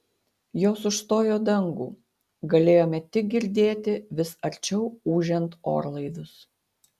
jos užstojo dangų galėjome tik girdėti vis arčiau ūžiant orlaivius